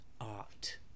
art